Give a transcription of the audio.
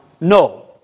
No